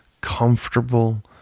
comfortable